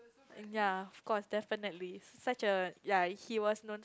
ya of course definitely such a ya he was known